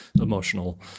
emotional